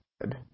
good